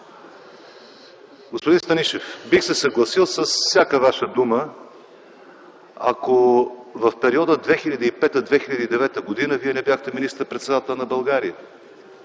Господин Станишев, бих се съгласил с всяка Ваша дума, ако в периода 2005-2009 г. Вие не бяхте министър-председател на България.